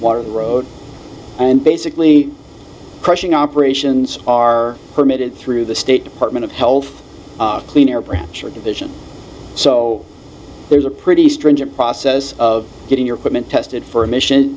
water the road and basically crushing operations are permitted through the state department of health clean air pressure division so there's a pretty stringent process of getting your current tested for a mission